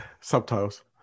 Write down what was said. subtitles